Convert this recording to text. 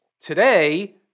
Today